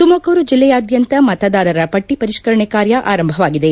ತುಮಕೂರು ಜಿಲ್ಲೆಯಾದ್ಯಂತ ಮತದಾರ ಪಟ್ಟ ಪರಿಷ್ಕರಣೆ ಕಾರ್ಯ ಆರಂಭವಾಗಿದೆ